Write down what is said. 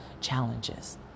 challenges